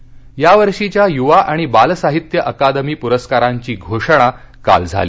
साहित्य अकादमी यावर्षीच्या युवा आणि बाल साहित्य अकादमी पुरस्कारांची घोषणा काल झाली